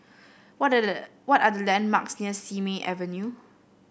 what the what are the landmarks near Simei Avenue